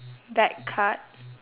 back card